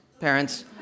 parents